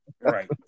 Right